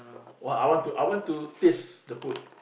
!wah! I want to I want to taste the food